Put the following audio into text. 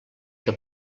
que